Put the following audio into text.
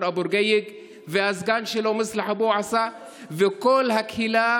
אבו רקייק והסגן שלו מוסלח אבו עסא וכל הקהילה,